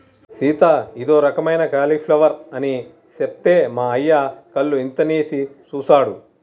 సీత ఇదో రకమైన క్యాలీఫ్లవర్ అని సెప్తే మా అయ్య కళ్ళు ఇంతనేసి సుసాడు